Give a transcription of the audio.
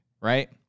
right